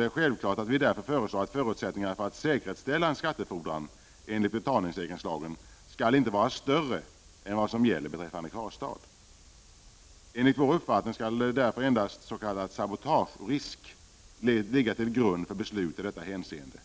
Det är självklart att vi därför föreslår att förutsättningarna för att säkerställa en skattefordran enligt betalningssäkringslagen inte skall vara större än vad som gäller beträffande kvarstad. Enligt vår uppfattning skall därför endast s.k. sabotagerisk ligga till grund för beslut i detta hänseende.